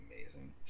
amazing